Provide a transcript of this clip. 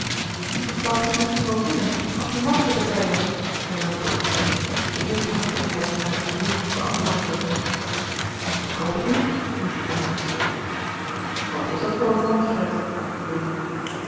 dat zoudt ge misschien wel willen als die manfred er bij was hernam dorothea de eerste hatelijkheid van hare vriendin beantwoordende ik hoop het niet riep lina verschrikt wat is dat voor een manfred vroeg